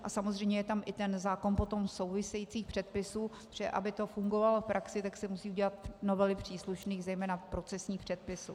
A samozřejmě je tam i ten zákon potom souvisejících předpisů, protože aby to fungovalo v praxi, tak se musí udělat novely příslušných zejména procesních předpisů.